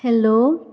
hello